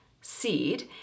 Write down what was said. seed